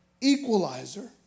equalizer